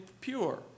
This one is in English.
pure